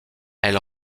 elle